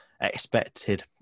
Expected